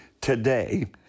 today